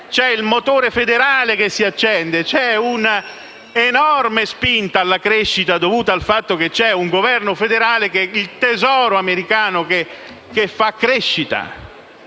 c'è il motore federale che si accende e c'è un'enorme spinta alla crescita, dovuta al fatto che l'azione del Governo federale e il Tesoro americano favoriscono